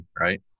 right